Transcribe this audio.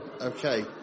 Okay